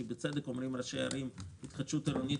כי בצדק אומרים ראשי הערים: התחדשות עירונית